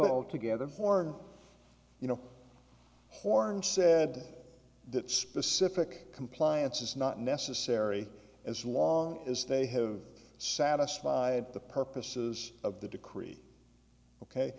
all together form you know horn said that specific compliance is not necessary as long as they have satisfied the purposes of the decree ok